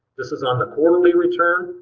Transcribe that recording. this is on the quarterly return,